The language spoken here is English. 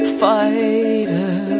fighter